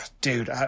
dude